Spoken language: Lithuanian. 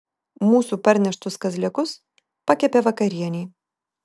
mūsų parneštus kazlėkus pakepė vakarienei